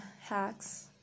hacks